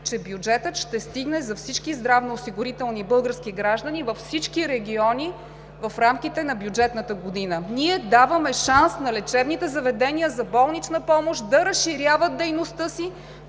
че бюджетът ще стигне за всички здравноосигурени български граждани във всички региони, в рамките на бюджетната година, ние даваме шанс на лечебните заведения за болнична помощ да разширяват дейността си